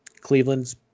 Cleveland's